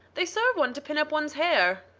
they serve one to pin up one's hair.